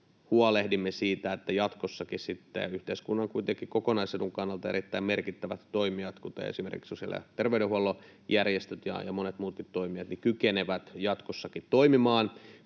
huolehdimme siitä, että jatkossakin yhteiskunnan kuitenkin kokonaisedun kannalta erittäin merkittävät toimijat, kuten esimerkiksi sosiaali- ja terveydenhuollon järjestöt ja monet muutkin toimijat, kykenevät jatkossakin toimimaan,